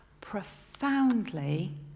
profoundly